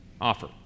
offer